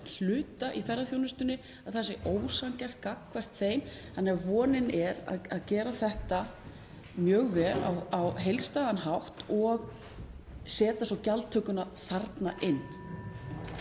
hluta af ferðaþjónustunni, sé ósanngjarn gagnvart þeim. Vonin er að gera þetta mjög vel á heildstæðan hátt og setja svo gjaldtökuna þarna inn.